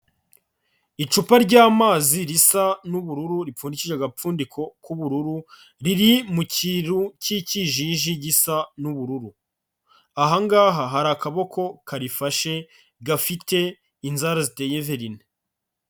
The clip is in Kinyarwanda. Icupa ryamazi risa n'ubururu ripfundikishije agapfundiko k'ubururu, riri mu kiru cy'ikijiji gisa n'ubururu, aha ngaha hari akaboko karifashe gafite inzara ziteye verine.